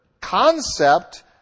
concept